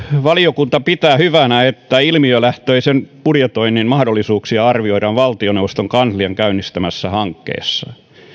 valiokunta pitää hyvänä että ilmiölähtöisen budjetoinnin mahdollisuuksia arvioidaan valtioneuvoston kanslian käynnistämässä hankkeessa